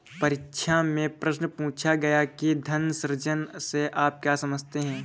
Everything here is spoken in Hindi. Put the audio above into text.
परीक्षा में प्रश्न पूछा गया कि धन सृजन से आप क्या समझते हैं?